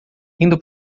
indo